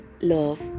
love